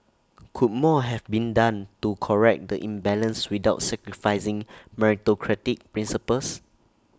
could more have been done to correct the imbalance without sacrificing meritocratic principles